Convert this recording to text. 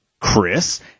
Chris